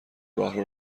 راهرو